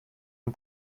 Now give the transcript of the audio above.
von